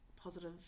positive